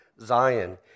Zion